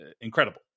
incredible